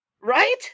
Right